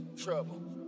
trouble